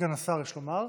סגן השר, יש לומר.